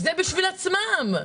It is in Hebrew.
זה בשביל עצמם.